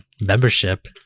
membership